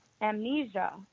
amnesia